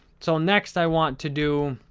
so, next, i want to do